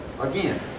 again